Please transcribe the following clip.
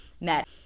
met